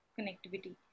connectivity